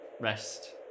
rest